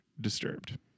disturbed